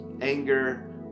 anger